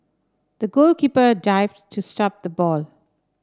the goalkeeper dived to stop the ball